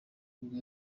nibwo